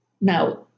Now